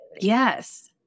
Yes